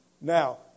Now